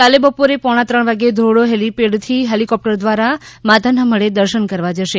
કાલ બપોરે પોણા ત્રણ વાગ્યે ધોરડો હેલીપેડથી હેલિકોપ્ટર દ્વારા માતાના મઢે દર્શન કરવા જશે